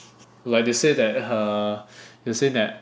like they say that err they say that